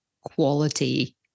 quality